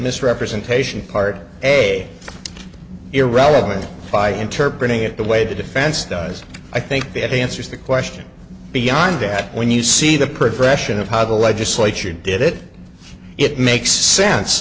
misrepresentation part a irrelevant by inter breeding it the way the defense does i think that answers the question beyond that when you see the progression of how the legislature did it it makes sense